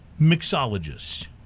mixologist